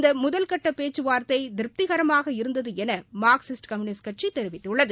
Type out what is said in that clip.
இந்த முதல் கட்ட பேச்சுவார்த்தை திருப்திகரமாக இருந்தது என மார்க்சிஸ்ட் கம்யூனிஸ்ட் கட்சி தெரிவித்துள்ளது